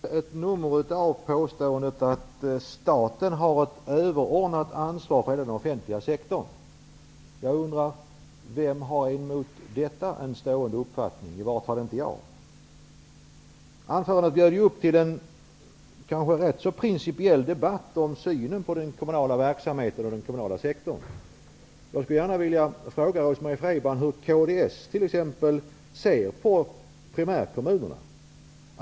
Herr talman! Rose-Marie Frebran gjorde ett nummer av påståendet att staten har ett överordnat ansvar för hela den offentliga sektorn. Jag undrar: Vem är av motsatt uppfattning? I vart fall inte jag. Anförandet inbjöd till en rätt principiell debatt om synen på den kommunala verksamheten och den kommunala sektorn. Jag skulle gärna vilja fråga Rose-Marie Frebran: Hur ser kds på primärkommunerna?